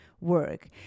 work